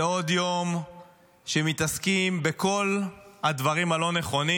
זה עוד יום שמתעסקים בכל הדברים הלא-נכונים,